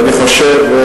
ואני חושב,